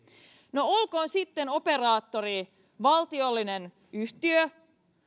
no olkoon sitten operaattori valtiollinen yhtiö